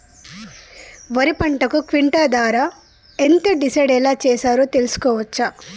వరి పంటకు క్వింటా ధర ఎంత డిసైడ్ ఎలా చేశారు తెలుసుకోవచ్చా?